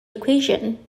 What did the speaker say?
equation